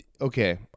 okay